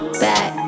back